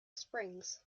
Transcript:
springs